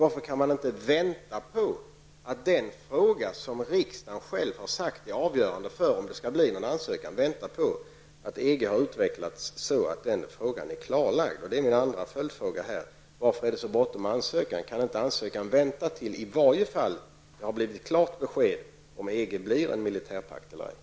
Varför kan man inte vänta på att den fråga som riksdagen själv har sagt är avgörande för om det skall bli EG-ansökan eller inte har utvecklats inom EG och är klarlagd? Varför är det så bråttom med ansökan? Kan ansökan inte vänta i varje fall tills det blir ett klart besked om EG blir en militärpakt eller ej.